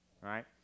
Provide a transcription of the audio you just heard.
right